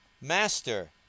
Master